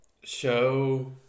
Show